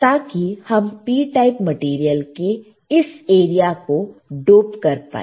ताकि हम P type material के इस एरिया को डोप कर पाए